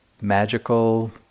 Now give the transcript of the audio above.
magical